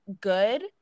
good